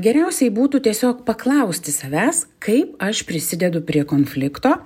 geriausiai būtų tiesiog paklausti savęs kaip aš prisidedu prie konflikto